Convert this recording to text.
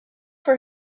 for